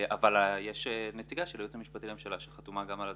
אבל יש נציגה של הייעוץ המשפטי לממשלה שחתומה על הדוח.